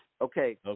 Okay